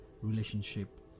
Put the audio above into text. relationship